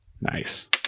Nice